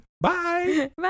Bye